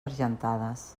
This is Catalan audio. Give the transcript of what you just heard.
argentades